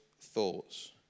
thoughts